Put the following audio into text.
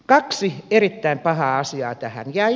kaksi erittäin pahaa asiaa tähän jäi